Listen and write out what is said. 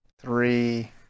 three